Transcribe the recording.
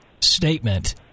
statement